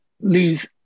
lose